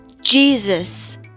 Jesus